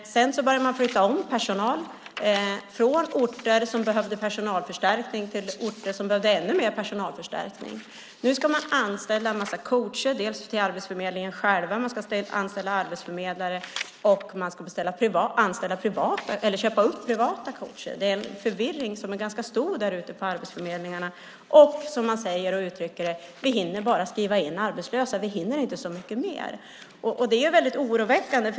Sedan började man flytta om personal från orter som behövde personalförstärkning till orter som behövde ännu mer personalförstärkning. Nu ska man anställa en massa coacher. Det är coacher till Arbetsförmedlingen själv, man ska anställa arbetsförmedlare och man ska köpa upp privata coacher. Det är en ganska stor förvirring på Arbetsförmedlingen. Man säger: Vi hinner bara skriva in arbetslösa, men vi hinner inte så mycket mer. Det är väldigt oroväckande.